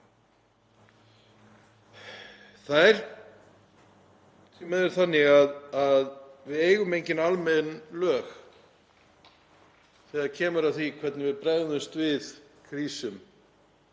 er því miður þannig að við eigum engin almenn lög þegar kemur að því hvernig við bregðumst við krísum